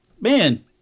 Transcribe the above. man